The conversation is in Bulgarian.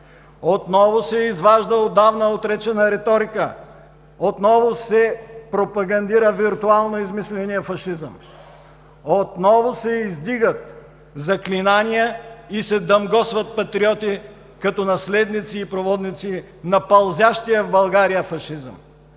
Отново се изважда отдавна отречена реторика, отново се пропагандира виртуално измисленият фашизъм. Отново се издигат заклинания и се дамгосват патриоти като наследници и проводници на пълзящия в България фашизъм.